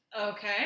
Okay